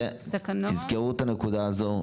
תזכרו את הנקודה הזאת.